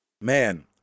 Man